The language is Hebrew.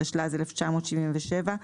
התשל"ז-1977,